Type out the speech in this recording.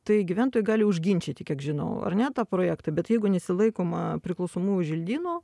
tai gyventojai gali užginčyti kiek žinau ar ne tą projektą bet jeigu nesilaikoma priklausomųjų želdynų